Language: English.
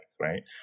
right